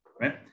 right